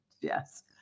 Yes